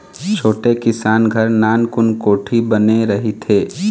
छोटे किसान घर नानकुन कोठी बने रहिथे